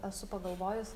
esu pagalvojus